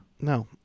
no